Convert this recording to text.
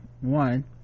one